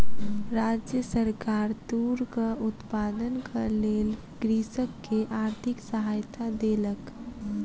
राज्य सरकार तूरक उत्पादनक लेल कृषक के आर्थिक सहायता देलक